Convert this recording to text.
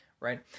Right